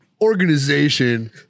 organization